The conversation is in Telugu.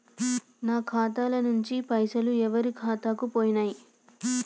నా ఖాతా ల నుంచి పైసలు ఎవరు ఖాతాలకు పోయినయ్?